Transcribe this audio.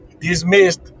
dismissed